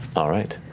all right.